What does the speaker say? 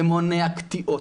זה מונע קטיעות,